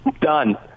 Done